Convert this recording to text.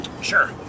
Sure